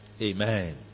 Amen